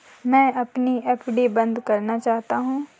मैं अपनी एफ.डी बंद करना चाहता हूँ